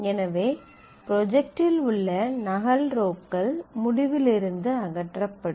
எனவே ப்ரொஜக்ட் இல் உள்ள நகல் ரோக்கள் முடிவிலிருந்து அகற்றப்படும்